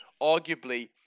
arguably